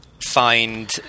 find